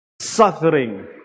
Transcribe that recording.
suffering